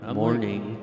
morning